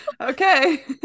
Okay